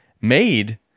made